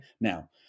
now